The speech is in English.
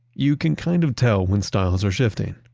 you can kind of tell when styles are shifting.